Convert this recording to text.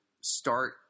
start